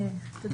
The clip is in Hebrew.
תודה